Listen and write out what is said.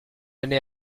année